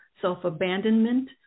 self-abandonment